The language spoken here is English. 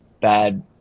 bad